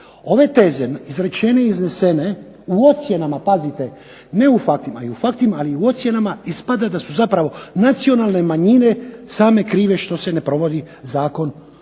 Ove teze izrečene i iznesene u ocjenama, pazite ne u faktima i u faktima, ali u ocjenama ispada da su zapravo nacionalne manjine same krive što se ne provodi zakon,